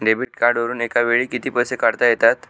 Debit कार्डवरुन एका वेळी किती पैसे काढता येतात?